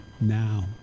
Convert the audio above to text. now